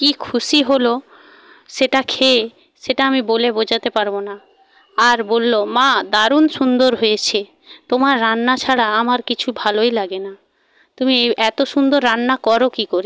কী খুশি হল সেটা খেয়ে সেটা আমি বলে বোঝাতে পারব না আর বলল মা দারুন সুন্দর হয়েছে তোমার রান্না ছাড়া আমার কিছু ভালোই লাগে না তুমি এত সুন্দর রান্না কর কী করে